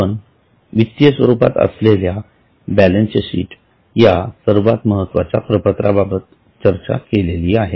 आपण वित्तीय स्वरूपात असलेल्या बॅलन्स शीट या सर्वात महत्त्वाच्या प्रपत्रा बाबत चर्चा केलेली आहे